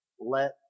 Let